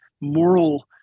moral